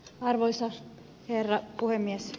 arvoisa herra puhemies